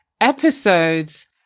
episodes